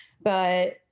But-